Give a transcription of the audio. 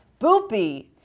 Boopy